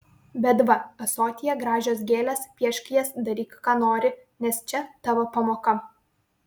bet va ąsotyje gražios gėlės piešk jas daryk ką nori nes čia tavo pamoka